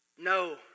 No